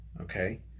okay